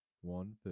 one